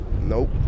Nope